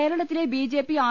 കേരളത്തിലെ BJP R